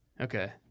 Okay